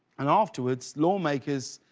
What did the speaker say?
and afterwards, lawmakers